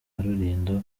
rulindo